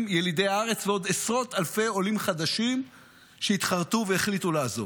ילידי הארץ ועוד עשרות אלפי עולים חדשים שהתחרטו והחליטו לעזוב.